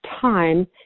time